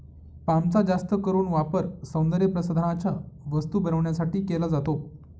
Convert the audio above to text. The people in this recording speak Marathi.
पामचा जास्त करून वापर सौंदर्यप्रसाधनांच्या वस्तू बनवण्यासाठी केला जातो